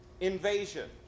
invasion